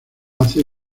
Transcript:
hace